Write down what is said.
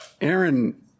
Aaron